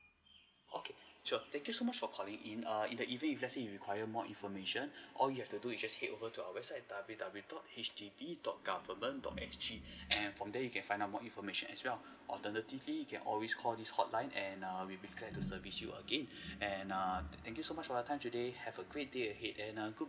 okay sure thank you so much for calling in err in the event if let's say you require more information all you have to do is you just head over to our website W_W dot H D B dot government dot S_G and from there you can find out more information as well alternatively you can always call this hotline and err we'll be glad to service you again and err thank you so much for your time today have a great day ahead and err